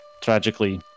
tragically